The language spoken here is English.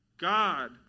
God